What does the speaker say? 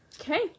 Okay